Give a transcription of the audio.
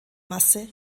masse